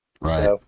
right